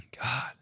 God